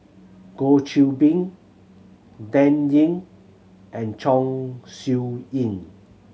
Goh Qiu Bin Dan Ying and Chong Siew Ying